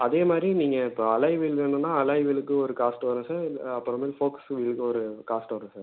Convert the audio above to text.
அதேமாதிரி நீங்கள் இப்போ அலாய் வீல் வேணுன்னால் அலாய் வீலுக்கு ஒரு காஸ்ட்டு வரும் சார் அப்புறமேலு ஃபோக்ஸ் வீலுக்கு ஒரு காஸ்ட்டு வரும் சார்